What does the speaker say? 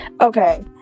Okay